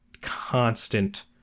constant